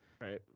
Right